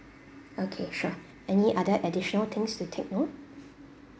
okay sure any other additional things to take note